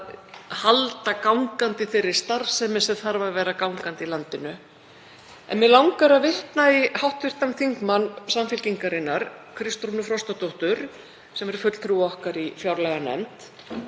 að halda gangandi þeirri starfsemi sem þarf að vera gangandi í landinu. Mig langar að vitna í hv. þm. Samfylkingarinnar, Kristrúnu Frostadóttur, sem er fulltrúi okkar í fjárlaganefnd,